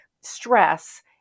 stress